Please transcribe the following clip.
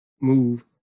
move